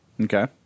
Okay